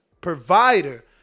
provider